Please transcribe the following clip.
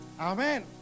Amen